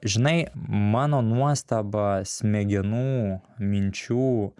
žinai mano nuostaba smegenų minčių